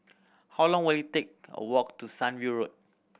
how long will it take walk to Sunview Road